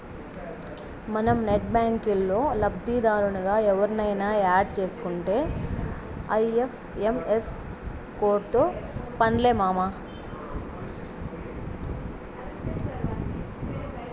మనం నెట్ బ్యాంకిల్లో లబ్దిదారునిగా ఎవుర్నయిన యాడ్ సేసుకుంటే ఐ.ఎఫ్.ఎం.ఎస్ కోడ్తో పన్లే మామా